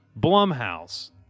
Blumhouse